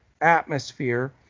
atmosphere